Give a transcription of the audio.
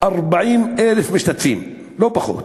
40,000 משתתפים, לא פחות,